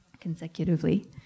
consecutively